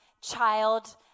child